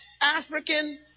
African